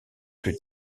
plus